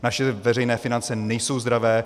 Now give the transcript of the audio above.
Naše veřejné finance nejsou zdravé.